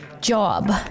job